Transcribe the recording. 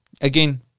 Again